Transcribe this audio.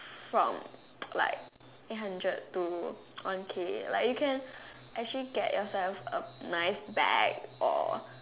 from like eight hundred to one K like you can actually get yourself a nice bag or